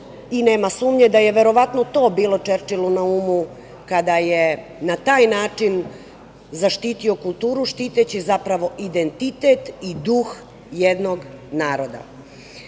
i nema sumnje da je verovatno to bilo Čerčilu na umu kada je na taj način zaštito kulturu štiteći zapravo identitet i dug jednog naroda. Kultura